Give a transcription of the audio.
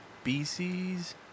species